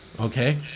Okay